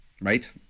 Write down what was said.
Right